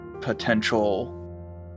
potential